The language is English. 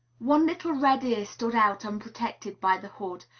one little red ear stood out unprotected by the hood,